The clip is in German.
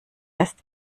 ist